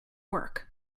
work